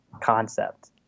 concept